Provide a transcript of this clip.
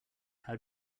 how